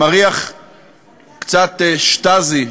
מריח קצת "שטאזי",